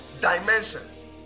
dimensions